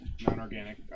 Non-organic